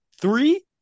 three